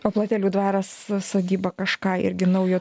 o platelių dvaras sodyba kažką irgi naujo